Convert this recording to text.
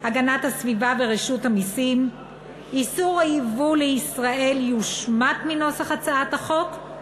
הגנת הסביבה ורשות המסים; איסור הייבוא לישראל יושמט מנוסח הצעת החוק,